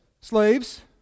Slaves